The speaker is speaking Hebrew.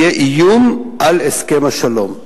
יהיה איום על הסכם השלום.